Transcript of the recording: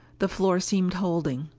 the floor seemed holding.